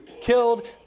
killed